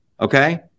Okay